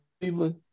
Cleveland